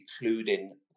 including